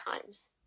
times